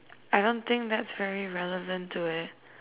I don't think that's very relevant to it